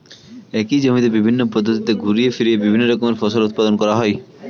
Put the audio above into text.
একই জমিতে বিভিন্ন পদ্ধতিতে ঘুরিয়ে ফিরিয়ে বিভিন্ন রকমের ফসলের উৎপাদন করা হয়